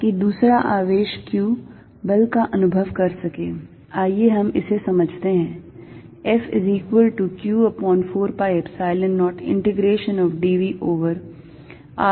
ताकि दूसरा आवेश q बल का अनुभव कर सकें आइए हम इसे समझते हैं